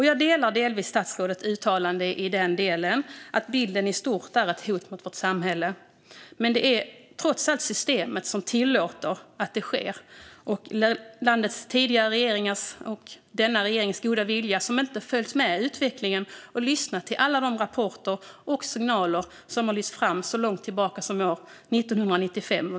Jag delar delvis statsrådets uttalande i den delen att bilden i stort är ett hot mot vårt samhälle, men det är trots allt systemet som tillåter att det sker. Landets tidigare regeringars och denna regerings goda vilja har inte följt med utvecklingen. Man har vad vi har kunnat se inte lyssnat till alla de rapporter och signaler som kommit, vilket har skett så långt tillbaka som år 1995.